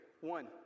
one